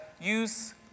use